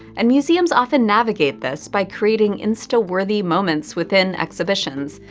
and museums often navigate this by creating insta-worthy moments within exhibitions,